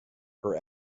her